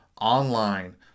Online